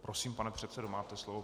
Prosím, pane předsedo, máte slovo.